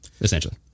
essentially